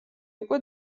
უკვე